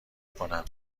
کنم